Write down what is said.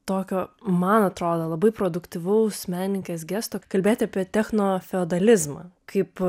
tokio man atrodo labai produktyvaus menininkės gesto kalbėti apie techno feodalizmą kaip